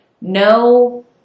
no